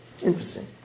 interesting